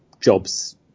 jobs